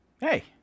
Hey